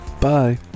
Bye